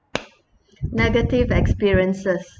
negative experiences